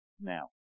now